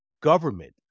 government